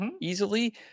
Easily